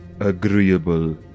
agreeable